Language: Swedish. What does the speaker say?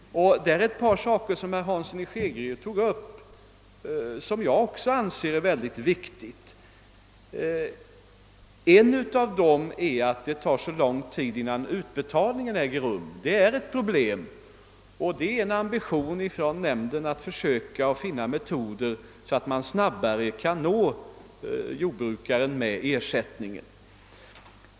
Ett par av de saker som herr Hansson i Skegrie tog upp är väldigt viktiga. En av dem är att det tar så lång tid innan utbetalning äger rum. Det är ett problem, och nämnden försöker finna metoder för att snabbare nå jordbrukaren med ersättning.